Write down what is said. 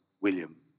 William